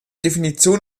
definition